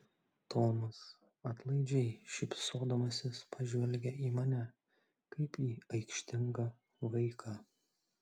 tomas atlaidžiai šypsodamasis pažvelgė į mane kaip į aikštingą vaiką